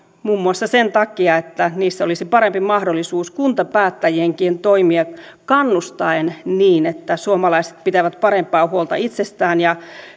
muun muassa sen takia että silloin olisi parempi mahdollisuus kuntapäättäjienkin toimia kannustaen niin että suomalaiset pitävät parempaa huolta itsestään ja